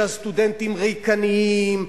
שהסטודנטים ריקנים,